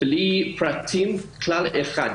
כלל אחד.